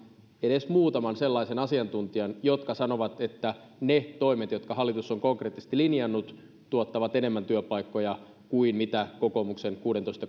edes muutaman sellaisen asiantuntijan joka sanoo että ne toimet jotka hallitus on konkreettisesti linjannut tuottavat enemmän työpaikkoja kuin kokoomuksen kuudennentoista